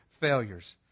failures